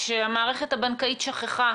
שהמערכת הבנקאית שכחה